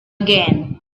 again